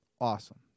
awesome